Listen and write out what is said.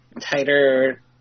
tighter